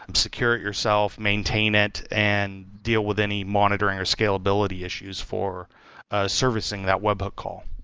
um secure it yourself, maintain it and deal with any monitoring or scalability issues for servicing that webhook call